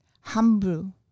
humble